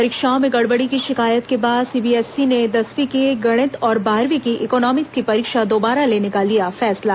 परीक्षाओं में गड़बड़ी की शिकायत के बाद सीबीएसई ने दसवीं के गणित और बारहवीं की इकोनॉमिक्स की परीक्षा दोबारा लेने का लिया फैसला